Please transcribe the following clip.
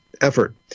effort